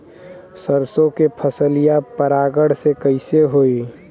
सरसो के फसलिया परागण से कईसे होई?